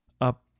up